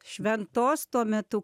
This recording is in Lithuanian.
šventos tuo metu